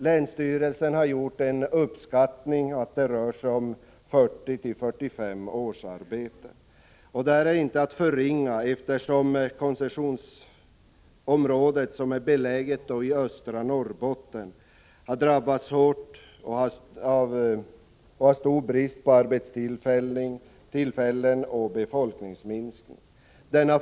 Länsstyrelsen har uppskattat att det rör sig om 40-45 årsarbeten. Det är inte att förringa, eftersom koncessionsområdet är beläget i östra Norrbotten, som har stor brist på arbetstillfällen med befolkningsminskning som följd.